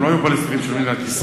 הם לא היו פלסטינים של מדינת ישראל.